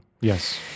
Yes